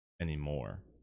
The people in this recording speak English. anymore